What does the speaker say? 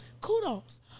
Kudos